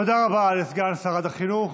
תודה רבה לסגן שרת החינוך.